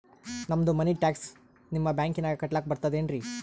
ನಮ್ದು ಮನಿ ಟ್ಯಾಕ್ಸ ನಿಮ್ಮ ಬ್ಯಾಂಕಿನಾಗ ಕಟ್ಲಾಕ ಬರ್ತದೇನ್ರಿ?